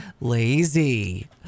Lazy